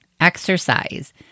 exercise